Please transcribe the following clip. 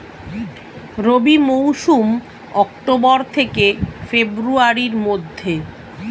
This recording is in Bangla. রবি মৌসুম অক্টোবর থেকে ফেব্রুয়ারির মধ্যে